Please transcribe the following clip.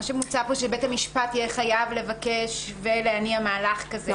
מוצע שבית המשפט יהיה חייב לבקש ולהניע מהלך כזה.